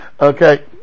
okay